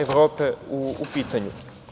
Evropa u pitanju.